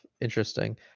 interesting